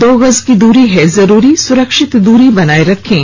दो गज की दूरी है जरूरी सुरक्षित दूरी बनाए रखें